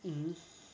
mmhmm